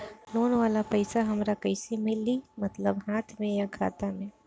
Loan वाला पैसा हमरा कइसे मिली मतलब हाथ में या खाता में?